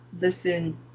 listen